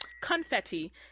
confetti